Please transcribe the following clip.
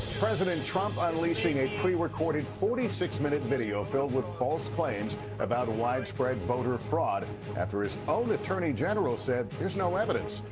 president trump unleashing a prerecorded forty six minute video filled with false claims about widespread voter fraud after his own attorney general said there's no evidence.